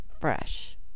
fresh